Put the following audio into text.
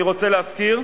אני רוצה להזכיר,